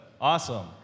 awesome